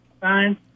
Fine